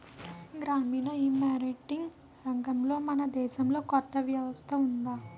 గ్రామీణ ఈమార్కెటింగ్ రంగంలో మన దేశంలో కొత్త వ్యవస్థ ఉందా?